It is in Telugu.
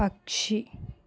పక్షి